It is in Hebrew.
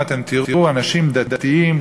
בבית-חולים אתם תראו אנשים דתיים,